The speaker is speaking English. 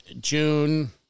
June